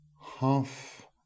half